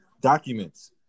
documents